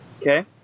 Okay